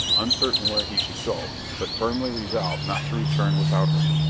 uncertain where he should go, but firmly resolved not to return without her.